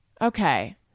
Okay